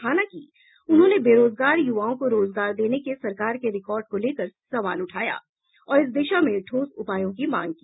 हालांकि उन्होंने बेरोजगार युवाओं को रोजगार देने के सरकार के रिकार्ड को लेकर सवाल उठाया और इस दिशा में ठोस उपायों की मांग की